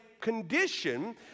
condition